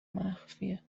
مخفیه